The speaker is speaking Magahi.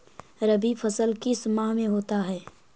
रवि फसल किस माह में होता है?